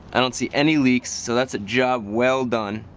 i don't see any leaks. so that's a job well done.